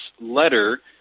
letter